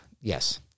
yes